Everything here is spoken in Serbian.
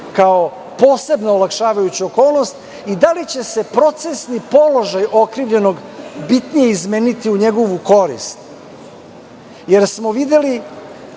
kao posebna olakšavajuća okolnost? Da li će se procesni položaj okrivljenog bitnije izmeniti u njegovu korist? Jer smo videli